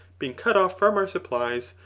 being cut off from our supplies,